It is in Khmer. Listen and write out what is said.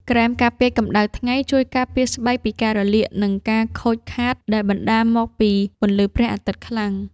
ក្រែមការពារកម្ដៅថ្ងៃជួយការពារស្បែកពីការរលាក និងការខូចខាតដែលបណ្ដាលមកពីពន្លឺព្រះអាទិត្យខ្លាំង។